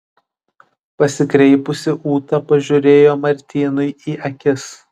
pasikreipusi ūta pažiūrėjo martynui į akis